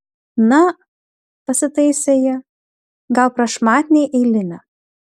na pasitaisė ji gal prašmatniai eilinė